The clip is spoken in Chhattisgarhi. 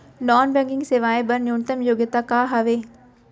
नॉन बैंकिंग सेवाएं बर न्यूनतम योग्यता का हावे?